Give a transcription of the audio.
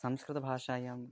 संस्कृतभाषायां